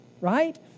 right